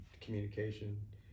communication